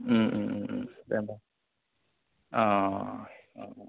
दे होमब्ला अ अ अ